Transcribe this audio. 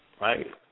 right